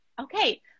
Okay